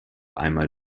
einmal